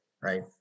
right